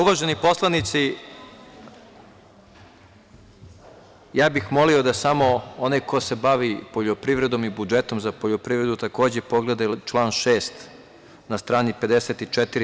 Uvaženi poslanici, molio bih samo da onaj ko se bavi poljoprivredom i budžetom za poljoprivredu takođe pogleda i član 6. na strani 54.